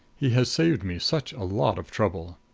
he has saved me such a lot of trouble.